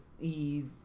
Eve